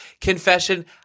Confession